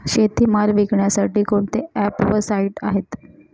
शेतीमाल विकण्यासाठी कोणते ॲप व साईट आहेत?